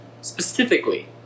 specifically